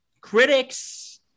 Critics